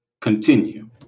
continue